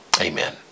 Amen